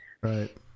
Right